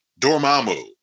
Dormammu